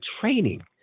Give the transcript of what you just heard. training